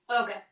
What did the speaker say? Okay